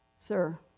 Sir